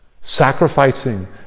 Sacrificing